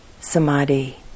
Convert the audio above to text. Samadhi